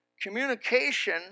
Communication